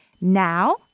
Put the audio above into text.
Now